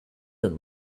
and